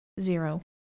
Zero